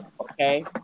Okay